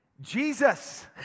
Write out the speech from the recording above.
Jesus